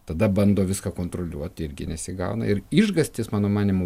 tada bando viską kontroliuot irgi nesigauna ir išgąstis mano manymu